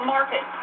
market